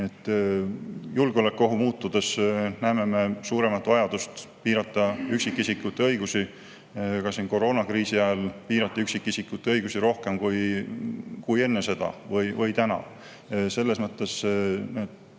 Julgeolekuohu muutudes näeme me suuremat vajadust piirata üksikisikute õigusi. Ka koroonakriisi ajal piirati üksikisikute õigusi rohkem kui enne seda või täna. Selles mõttes